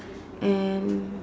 and